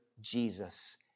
Jesus